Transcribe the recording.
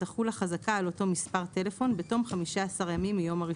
תחול החזקה על אותו מספר טלפון בתום 15 ימים מיום הרישום.